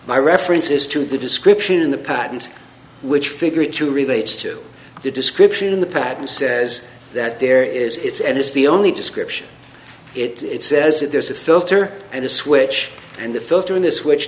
my references to the description in the patent which figure two relates to the description in the patent says that there is it's and it's the only description it says that there's a filter and a switch and the filter in this which